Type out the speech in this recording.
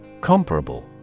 Comparable